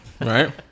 right